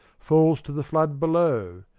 falls to the flood below?